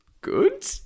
good